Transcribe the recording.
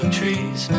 trees